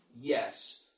yes